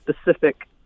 specific